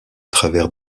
travers